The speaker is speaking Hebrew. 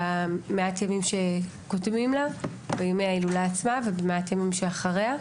במעט הימים שקודמים לה ובמעט הימים שאחריה,